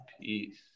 peace